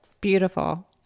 Beautiful